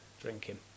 drinking